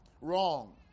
Wrong